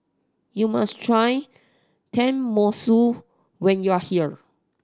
you must try Tenmusu when you are here